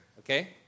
Okay